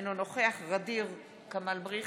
אינו נוכח ע'דיר כמאל מריח,